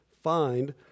find